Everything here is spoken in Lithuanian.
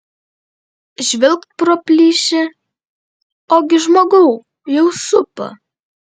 žvilgt pro plyšį ogi žmogau jau supa